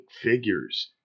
figures